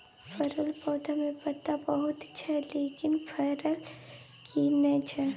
परवल पौधा में पत्ता बहुत छै लेकिन फरय किये नय छै?